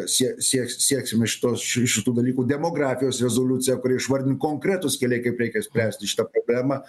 sie sie sieksime šitos ši šitų dalykų demografijos rezoliucija kurioje išvardint konkretūs keliai kaip reikia spręsti šitą problemą